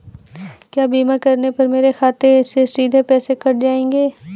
क्या बीमा करने पर मेरे खाते से सीधे पैसे कट जाएंगे?